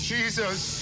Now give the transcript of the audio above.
Jesus